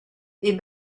est